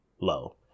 low